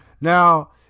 Now